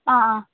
ആ ആ